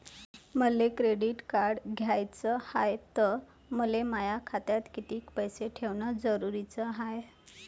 मले credit card घ्याचं हाय, त मले माया खात्यात कितीक पैसे ठेवणं जरुरीच हाय?